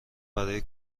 برای